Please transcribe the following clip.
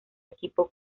equipo